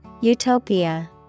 Utopia